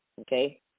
okay